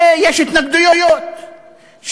שיש התנגדויות,